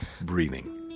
breathing